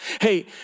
Hey